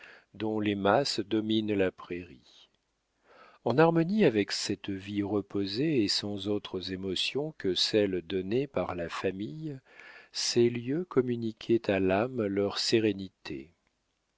dont les masses dominent la prairie en harmonie avec cette vie reposée et sans autres émotions que celles données par la famille ces lieux communiquaient à l'âme leur sérénité